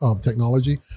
technology